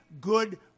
good